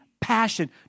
passion